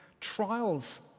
trials